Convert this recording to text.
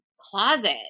closet